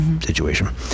situation